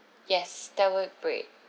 yes that would be